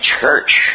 church